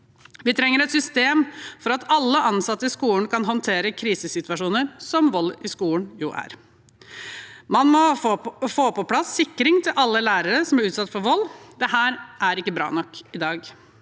Vi trenger et system slik at alle ansatte i skolen kan håndtere krisesituasjoner, som vold i skolen jo er. Man må få på plass sikring for alle lærere som blir utsatt for vold. Dette er ikke bra nok i dag.